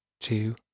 two